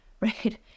right